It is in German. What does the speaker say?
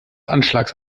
anschlags